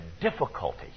difficulty